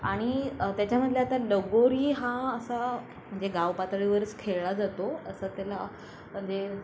आणि त्याच्यामधल्या आता लगोरी हा असा म्हणजे गाव पातळीवरच खेळला जातो असं त्याला म्हणजे